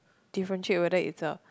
differentiate whether is a